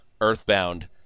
earthbound